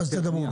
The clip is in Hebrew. אז תדברו.